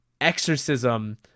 exorcism